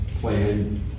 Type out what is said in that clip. plan